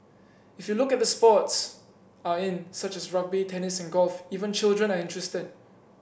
if you look at the sports are in such as rugby tennis and golf even children are interested